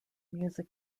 music